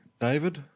David